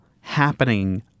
happening